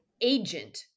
agent